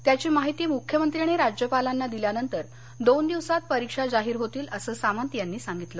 त्याची माहिती मुख्यमंत्री आणि राज्यपालांना दिल्यानंतर दोन दिवसांत परीक्षा जाहीर होतील असं सामंत यांनी सांगितलं